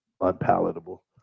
unpalatable